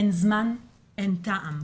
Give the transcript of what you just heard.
אין זמן, אין טעם.